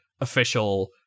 official